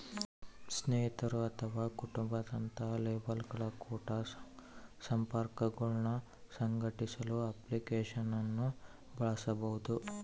ಸ್ನೇಹಿತರು ಅಥವಾ ಕುಟುಂಬ ದಂತಹ ಲೇಬಲ್ಗಳ ಕುಟ ಸಂಪರ್ಕಗುಳ್ನ ಸಂಘಟಿಸಲು ಅಪ್ಲಿಕೇಶನ್ ಅನ್ನು ಬಳಸಬಹುದು